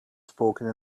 spoken